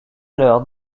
l’heure